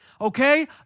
okay